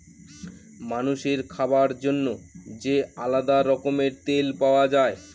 মানুষের খাবার জন্য যে আলাদা রকমের তেল পাওয়া যায়